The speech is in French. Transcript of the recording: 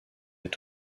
est